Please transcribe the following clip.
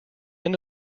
end